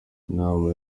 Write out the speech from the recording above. inama